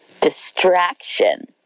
distraction